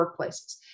workplaces